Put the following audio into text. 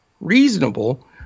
reasonable